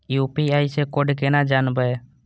UPI से code केना जानवै?